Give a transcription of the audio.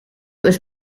was